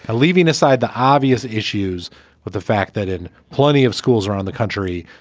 ah leaving aside the obvious issues with the fact that in plenty of schools around the country,